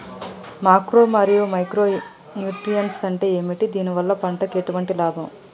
Macro మరియు micro nutrients అంటే ఏమిటి? దీనివల్ల పంటకు ఎటువంటి లాభం?